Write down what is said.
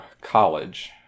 college